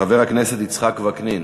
חבר הכנסת יצחק וקנין,